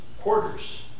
quarters